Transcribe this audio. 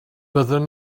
byddwn